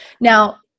now